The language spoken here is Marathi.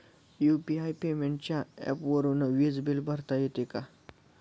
यु.पी.आय पेमेंटच्या ऍपवरुन वीज बिल भरता येते का?